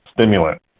stimulant